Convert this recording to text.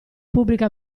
pubblica